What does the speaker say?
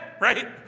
right